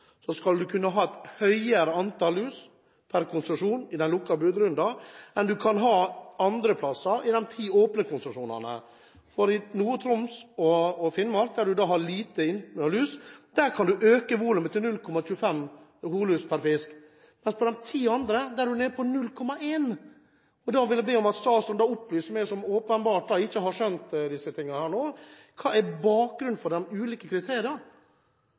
skal kunne ha et høyere antall lus pr. konsesjon – i den lukkede budrunden – enn du kan ha andre plasser i de ti åpne konsesjonene. Både i Nord-Troms og Finnmark, der du har lite innslag av lus, kan du øke volumet til 0,25 holus per fisk. Men på de ti andre er du nede på 0,1. Da vil jeg be om at statsråden opplyser meg, som åpenbart ikke har skjønt dette, om hva som er bakgrunnen for de ulike kriteriene.